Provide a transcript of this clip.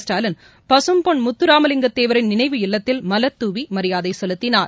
ஸ்டாலின் பகம்பொன் முத்தராமலிங்க தேவரின் நினைவு இல்லத்தில் மலர்துவி மரியாதை செலுத்தினார்